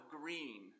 green